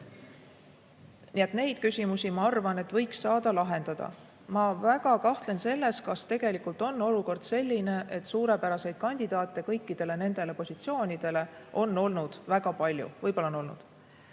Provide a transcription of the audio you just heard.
Neid küsimusi võiks saada lahendada. Ma väga kahtlen selles, kas tegelikult on olukord selline, et suurepäraseid kandidaate kõikidele nendele positsioonidele on olnud väga palju. Kui seadus näeb